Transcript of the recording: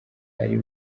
ari